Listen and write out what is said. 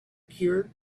cured